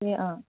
ए अँ